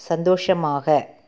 சந்தோஷமாக